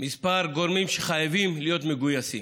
כמה גורמים שחייבים להיות מגויסים.